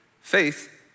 Faith